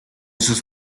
sus